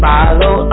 Follow